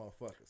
motherfuckers